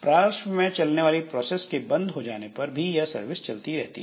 पार्श्व में चलने वाली प्रोसेस के बंद हो जाने पर भी यह सर्विस चलती रहती है